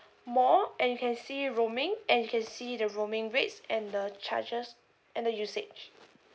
more and you can see roaming and you can see the roaming rates and the charges and the usage